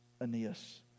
Aeneas